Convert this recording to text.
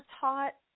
taught